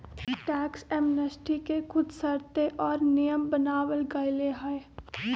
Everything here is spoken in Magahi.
टैक्स एमनेस्टी के कुछ शर्तें और नियम बनावल गयले है